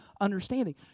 understanding